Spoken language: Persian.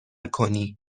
کنی